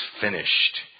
finished